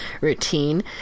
routine